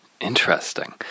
Interesting